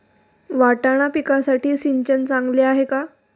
वाटाणा पिकासाठी सिंचन चांगले आहे का?